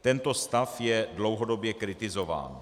Tento stav je dlouhodobě kritizován.